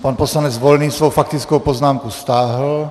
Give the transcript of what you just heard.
Pan poslanec Volný svou faktickou poznámku stáhl.